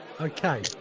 Okay